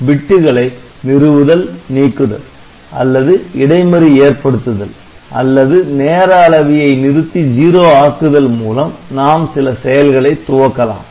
எனவே பிட்டுகளை நிறுவுதல்நீக்குதல் அல்லது இடைமறி ஏற்படுத்துதல் அல்லது நேர அளவியை நிறுத்தி '0' ஆக்குதல் மூலம் நாம் சில செயல்களை துவக்கலாம்